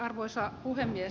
arvoisa puhemies